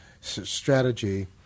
strategy